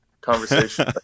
conversation